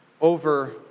over